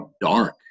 dark